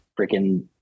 freaking